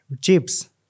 chips